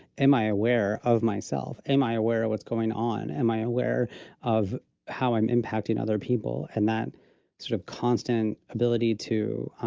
am i aware of myself? am i aware of what's going on? am i aware of how i'm impacting other people, and that sort of constant ability to.